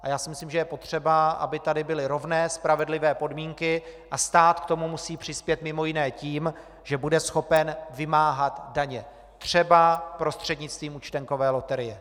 Já si myslím, že je potřeba, aby tady byly rovné, spravedlivé podmínky, a stát k tomu musí přispět mimo jiné tím, že bude schopen vymáhat daně, třeba prostřednictvím účtenkové loterie.